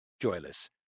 joyless